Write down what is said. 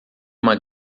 uma